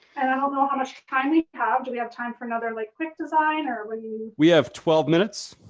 and i don't know how much time we have. do we have time for another like quick design? or we, b we have twelve minutes.